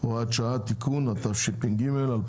(הוראת שעה) (תיקון), התשפ"ג-2023.